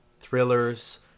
thrillers